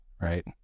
right